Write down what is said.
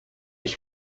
ich